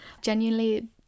Genuinely